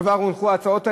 כבר הונחו ההצעות האלה.